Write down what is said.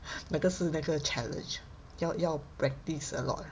那个是那个 challenge 要要 practice a lot